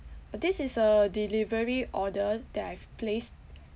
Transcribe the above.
uh this is a delivery order that I've placed